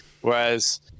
Whereas